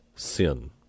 sin